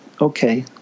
okay